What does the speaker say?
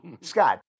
Scott